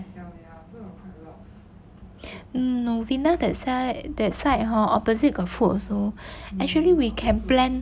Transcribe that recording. novena that side that side hor opposite got food also actually we can plan